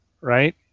right